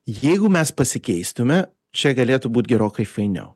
jeigu mes pasikeistume čia galėtų būt gerokai fainiau